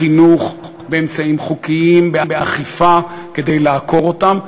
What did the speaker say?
בחינוך, באמצעים חוקיים, באכיפה, כדי לעקור אותם.